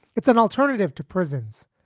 it's an alternative to prisons,